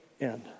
end